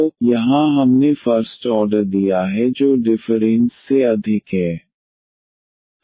तो यहां हमने फर्स्ट ऑर्डर दिया है जो डिफरेंस से अधिक है